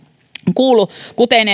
kuulu kuten